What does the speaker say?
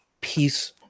peace